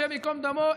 השם ייקום דמו,